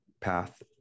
path